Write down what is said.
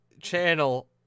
channel